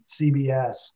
CBS